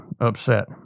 upset